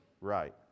right